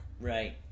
right